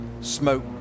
smoke